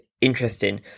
interesting